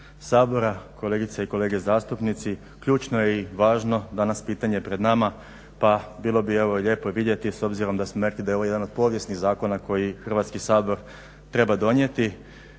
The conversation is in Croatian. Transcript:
kolegice i kolege zastupnici. Ključno je i važno danas pitanje pred nama, pa bilo bi evo lijepo i vidjeti s obzirom da smo rekli da je ovo jedan od povijesnih zakona koje Hrvatski sabor treba donijeti.